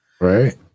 Right